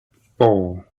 four